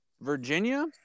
Virginia